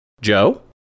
Joe